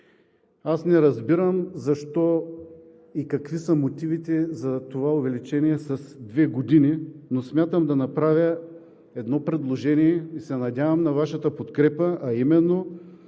Не разбирам защо и какви са мотивите за това увеличение с две години, но смятам да направя едно предложение и се надявам на Вашата подкрепа, а именно: